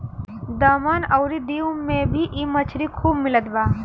दमन अउरी दीव में भी इ मछरी खूब मिलत बा